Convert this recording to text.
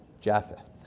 Japheth